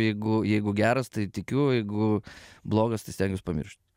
jeigu jeigu geras tai tikiu jeigu blogas tai stengiuos pamiršt